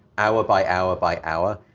hour by hour by hour.